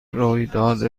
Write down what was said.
رویداد